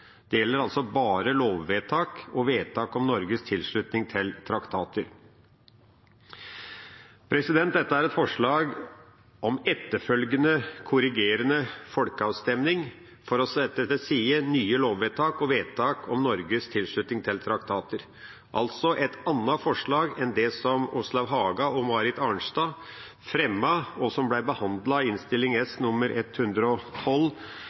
Det gjelder bare lovvedtak og vedtak om Norges tilslutning til traktater. Dette er et forslag om etterfølgende korrigerende folkeavstemning for å sette til side nye lovvedtak og vedtak om Norges tilslutning til traktater, altså et annet forslag enn det som Åslaug Haga og Marit Arnstad fremmet, og som ble behandlet i Innst. S. nr. 112